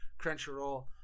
Crunchyroll